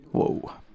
Whoa